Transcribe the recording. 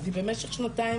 אז היא במשך שנתיים,